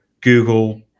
google